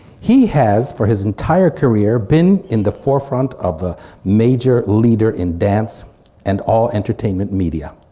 he has for his entire career been in the forefront of the major leaders in dance and all entertainment media.